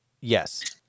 Yes